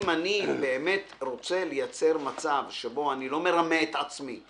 אם אני רוצה לייצר מצב שבו אני לא מרמה את עצמי,